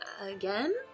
again